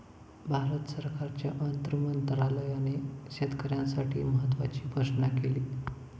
भारत सरकारच्या अर्थ मंत्रालयाने शेतकऱ्यांसाठी महत्त्वाची घोषणा केली